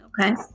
Okay